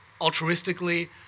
altruistically